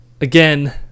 again